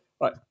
right